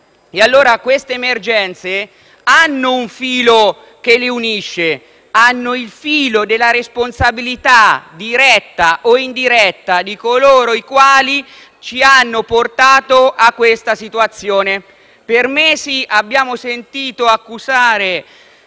Queste emergenze hanno un filo che le unisce: il filo della responsabilità diretta o indiretta di coloro i quali ci hanno portati a questa situazione. Per mesi abbiamo sentito accusare